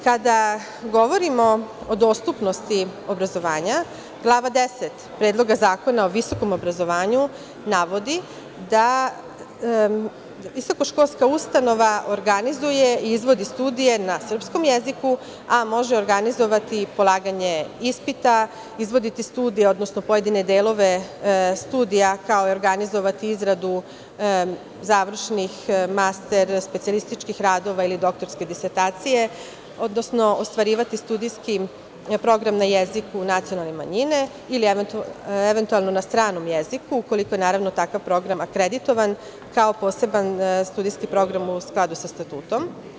Kada govorimo o dostupnosti obrazovanja glava 10 Predloga zakona o visokom obrazovanju navodi da visokoškolska ustanova organizuje i izvodi studije na srpskom jeziku, a može organizovati polaganje ispita, izvoditi studije, odnosno pojedine delove studija kao i organizovati izradu završnih, specijalističkih radova ili doktorskih disertacija, odnosno ostvarivati studijski program na jeziku nacionalne manjine ili eventualno na stranom jeziku, ukoliko je naravno takav program akreditovan kao poseban studijski program u skladu sa statutom.